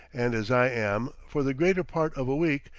and as i am, for the greater part of a week,